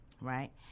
right